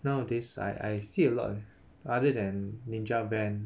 nowadays I I see a lot leh rather than Ninja Van